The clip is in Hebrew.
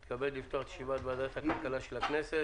אני מתכבד לפתוח את ישיבת ועדת הכלכלה של הכנסת